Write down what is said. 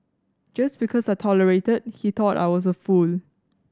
just because I tolerated that he thought I was a fool